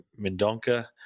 Mendonca